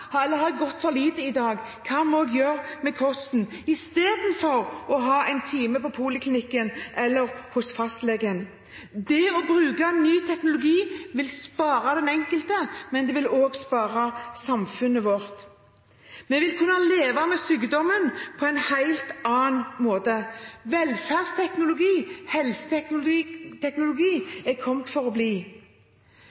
eller har jeg gått for lite i dag? Hva må jeg gjøre med kostholdet? Dette kan man da gjøre istedenfor å ha en time på poliklinikken eller hos fastlegen. Det å bruke ny teknologi vil spare den enkelte, men det vil også spare samfunnet vårt. Vi vil kunne leve med sykdommen på en helt annen måte. Velferdsteknologi og helseteknologi